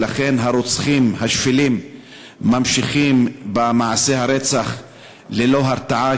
ולכן הרוצחים השפלים ממשיכים במעשי הרצח ללא הרתעה,